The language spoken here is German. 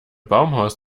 baumhaus